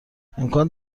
امکان